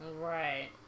Right